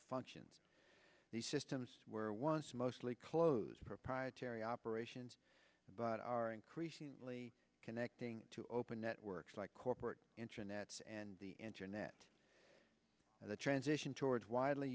function these systems were once mostly closed proprietary operations but are increasingly connecting to open networks like corporate internets and the internet and the transition towards widely